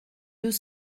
deux